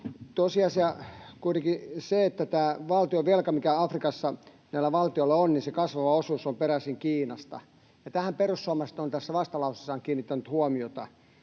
Tosiasia on kuitenkin se, että siitä valtionvelasta, mikä Afrikassa näillä valtioilla on, kasvava osuus on peräisin Kiinasta. Tähän perussuomalaiset ovat vastalauseessaan kiinnittäneet huomiota.